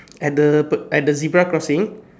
at the at the zebra crossing